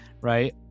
right